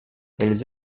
elles